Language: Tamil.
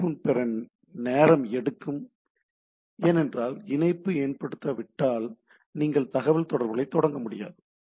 இணைப்பு பெற நேரம் எடுக்கும் ஏனென்றால் இணைப்பு ஏற்படுத்தப் படாவிட்டால் நீங்கள் தகவல்தொடர்புகளைத் தொடங்க முடியாது